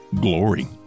Glory